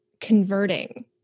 converting